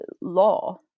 law